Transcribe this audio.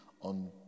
on